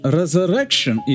resurrection